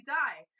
die